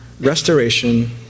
restoration